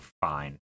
fine